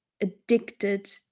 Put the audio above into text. addicted